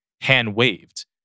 hand-waved